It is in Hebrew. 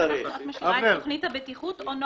בסוף הסמכות היא של קצין הבטיחות.